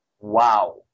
Wow